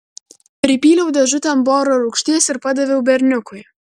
pripyliau dėžutėn boro rūgšties ir padaviau berniukui